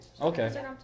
okay